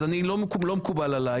לא מקובל עלי.